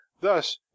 thus